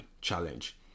Challenge